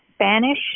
Spanish